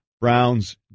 browns